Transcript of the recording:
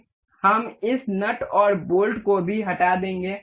हम इस नट और बोल्ट को भी हटा देंगे